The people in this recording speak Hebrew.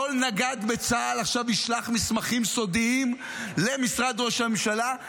כל נגד בצה"ל עכשיו ישלח מסמכים סודיים למשרד ראש הממשלה?